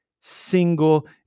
single